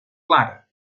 clara